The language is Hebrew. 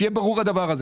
שיהיה ברור הדבר הזה.